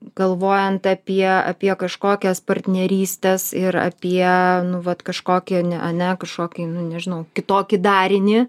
galvojant apie apie kažkokias partnerystes ir apie nu vat kažkokį ne ane kažkokį nu nežinau kitokį darinį